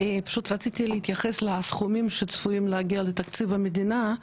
רציתי להתייחס לסכומים שצפויים להגיע לתקציב המדינה.